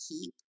keep